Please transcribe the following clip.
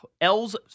L's